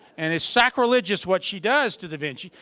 and it's sacrilegious what she does to da vinci.